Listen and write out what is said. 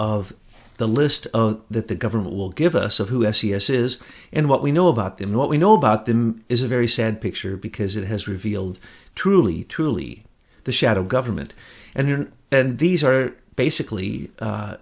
of the list that the government will give us of who s c s is and what we know about them what we know about them is a very sad picture because it has revealed truly truly the shadow government and then these are basically